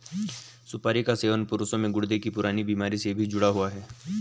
सुपारी का सेवन पुरुषों में गुर्दे की पुरानी बीमारी से भी जुड़ा हुआ है